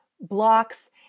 blocks